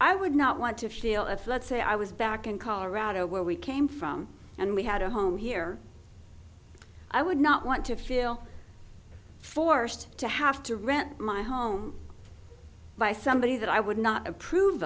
i would not want to feel if let's say i was back in colorado where we came from and we had a home here i would not want to feel forced to have to rent my home by somebody that i would not approve